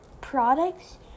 products